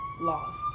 loss